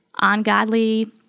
Ungodly